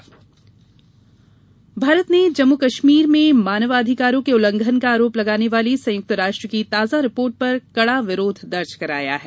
मानवाधिकार भारत ने जम्मू कश्मीर में मानवाधिकारों के उल्लंघन का आरोप लगाने वाली संयुक्त राष्ट्र की ताजा रिपोर्ट पर कड़ा विरोध दर्ज कराया है